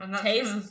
taste